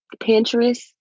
Pinterest